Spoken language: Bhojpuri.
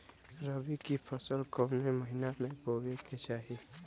रबी की फसल कौने महिना में बोवे के चाही?